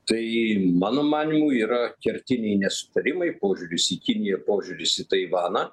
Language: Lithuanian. tai mano manymu yra kertiniai nesutarimai poažiūria į kiniją požiūris į taivaną